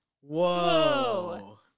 whoa